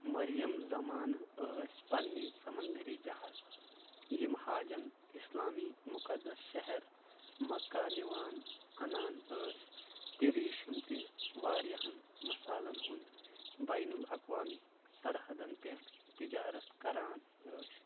مریم زَمانہٕ ٲسۍ پنٕنہِ سمنٛدری جہاز یِم حاجن اِسلامی مُقَدس شہر مکہ نِوان اَنان ٲسۍ تہِ ریٖشم تہِ واریاہن مَسالن ہُنٛد بین الاقوامی سرحَدن پیٚٹھ تِجارت کَران ٲسۍ